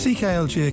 Cklg